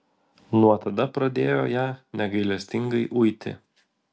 nuo tada pradėjo ją negailestingai uiti